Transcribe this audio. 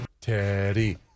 Teddy